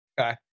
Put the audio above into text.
Okay